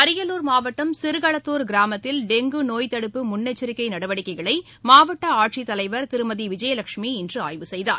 அரியலூர் மாவட்டம் சிறுகளத்தூர் கிராமத்தில் டெங்கு நோய் தடுப்பு முன்னெச்சரிக்கை நடவடிக்கைகளை மாவட்ட ஆட்சித் தலைவர் திருமதி விஜயலட்சுமி இன்று ஆய்வு செய்தார்